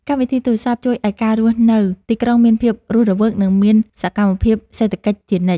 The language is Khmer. កម្មវិធីទូរសព្ទជួយឱ្យការរស់នៅទីក្រុងមានភាពរស់រវើក និងមានសកម្មភាពសេដ្ឋកិច្ចជានិច្ច។